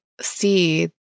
see